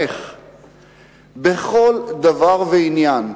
בכל דבר ועניין,